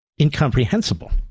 incomprehensible